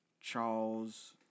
Charles